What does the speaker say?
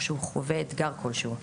או שהוא חווה אתגר כלשהו,